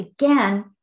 Again